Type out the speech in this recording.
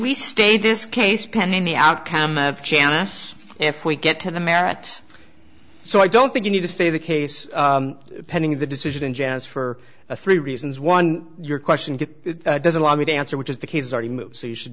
we stay this case pending the outcome of janice if we get to the merits so i don't think you need to stay the case pending the decision in jazz for three reasons one your question doesn't allow me to answer which is that he's already moved so you should